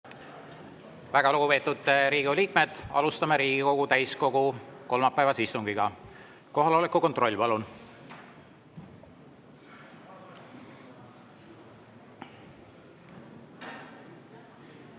Väga lugupeetud Riigikogu liikmed, alustame Riigikogu täiskogu kolmapäevast istungit. Kohaloleku kontroll, palun!